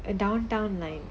uh downtown line